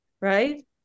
right